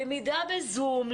למידה בזום.